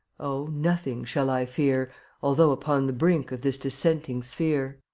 oh, nothing shall i fear although upon the brink of this dissenting sphere.